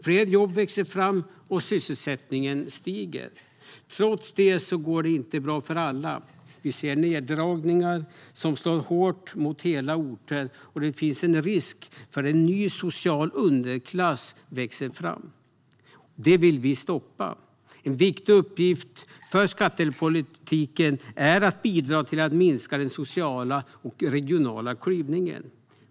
Fler jobb växer fram, och sysselsättningen stiger. Trots detta går det inte bra för alla. Vi ser neddragningar som slår hårt mot hela orter, och det finns en risk för att en ny social underklass växer fram. Det vill vi stoppa. En viktig uppgift för skattepolitiken är att bidra till att minska den sociala och regionala klyvningen.